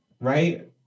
Right